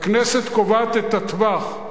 הכנסת קובעת את הטווח,